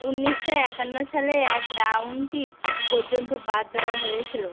ঊনিশশো একান্ন সালে এক রাউন্টি পর্যন্ত বাদ দেওয়া হয়েছিল